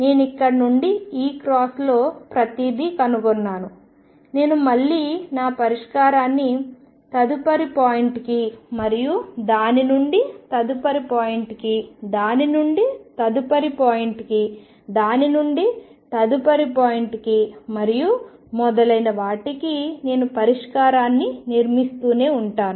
నేను ఇక్కడ నుండి ఈ క్రాస్లో ప్రతిదీ కనుగొన్నాను నేను మళ్ళీ నా పరిష్కారాన్ని తదుపరి పాయింట్కి మరియు దాని నుండి తదుపరి పాయింట్కి దాని నుండి తదుపరి పాయింట్కి దాని నుండి తదుపరి పాయింట్కి మరియు మొదలైన వాటికి నేను పరిష్కారాన్ని నిర్మిస్తూనే ఉంటాను